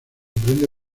aprende